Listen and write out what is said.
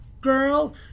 Girl